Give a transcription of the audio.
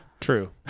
True